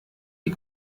die